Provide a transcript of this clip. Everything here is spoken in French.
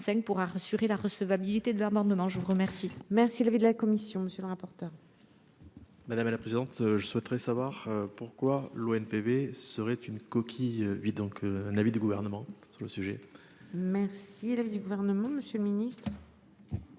pour assurer la recevabilité de l'amendement. Je vous remercie, merci l'avis de la commission, monsieur le rapporteur. Madame la présidente, je souhaiterais savoir pourquoi l'ONPV serait une coquille vide, donc un avis du gouvernement sur le sujet. Merci l'avis du gouvernement, monsieur le ministre.